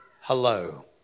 hello